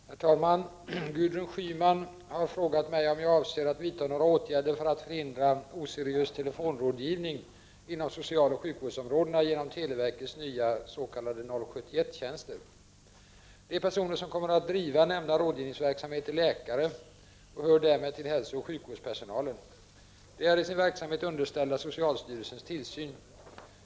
Herr talman! Gudrun Schyman har frågat mig om jag avser att vidta några åtgärder för att förhindra oseriös telefonrådgivning inom socialoch sjukvårdsområdena med anledning av televerkets nya s.k. 071-tjänster. De personer som kommer att driva nämnda rådgivningsverksamhet är läkare och hör därmed till hälsooch sjukvårdspersonalen. De är i sin verksamhet underställda socialstyrelsens tillsyn.